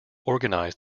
organize